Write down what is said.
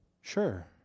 Sure